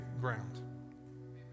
ground